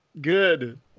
good